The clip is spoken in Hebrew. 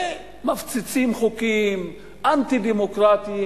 ומפציצים חוקים אנטי-דמוקרטיים,